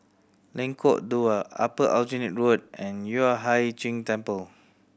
Lengkok Dua Upper Aljunied Road and Yueh Hai Ching Temple